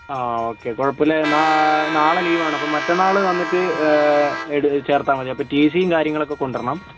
ആ ഓക്കേ കുഴപ്പമില്ല നാ നാളെ ലീവ് ആണ് അപ്പോൾ മറ്റന്നാൾ വന്നിട്ട് എടു ചേർത്താൽ മതി അപ്പോൾ ടി സിയും കാര്യങ്ങളുമൊക്കെ കൊണ്ടുവരണം